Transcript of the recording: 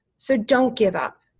so don't give up,